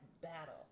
battle